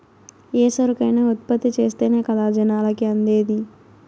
ఏ సరుకైనా ఉత్పత్తి చేస్తేనే కదా జనాలకి అందేది